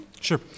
Sure